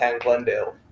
Glendale